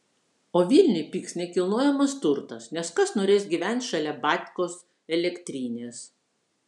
o vilniuj pigs nekilnojamas turtas nes kas norės gyvent šalia batkos elektrinės